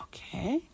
Okay